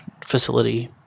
facility